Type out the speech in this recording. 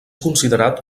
considerat